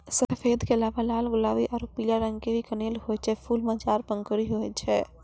सफेद के अलावा लाल गुलाबी आरो पीला रंग के भी कनेल होय छै, फूल मॅ चार पंखुड़ी होय छै